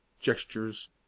gestures